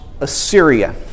Assyria